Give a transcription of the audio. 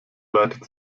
leitet